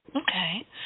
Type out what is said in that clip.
Okay